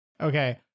Okay